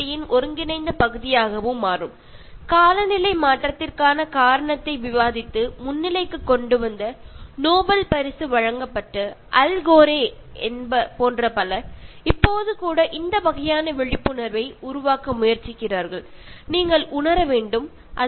ധാരാളം ആളുകൾ പ്രത്യേകിച്ച് കാലാവസ്ഥാ വ്യതിയാനത്തിന് ഉള്ള കാരണങ്ങൾ കണ്ടെത്തിയതിനു നോബൽ പ്രൈസ് ജേതാവായ അൽ ഗോറിനെ പോലെയുള്ള ആളുകൾ ഈ പ്രശ്നങ്ങളെ നമ്മുടെ മുന്നിലേക്ക് കൊണ്ടുവരികയും ഇതിലൂടെ ഉണ്ടാവുന്ന ദുരന്തങ്ങളെ കുറിച്ച് ഒരു അവബോധം ആളുകളിൽ സൃഷ്ടിക്കുകയും ചെയ്തിട്ടുണ്ട്